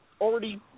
already